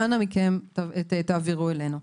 אנא מכם תעבירו אלינו.